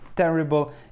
Terrible